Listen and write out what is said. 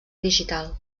digital